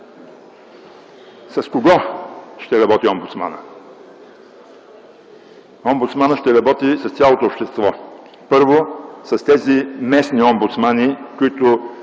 С кого ще работи омбудсманът? Омбудсманът ще работи с цялото общество. Първо, с тези местни омбудсмани, някои,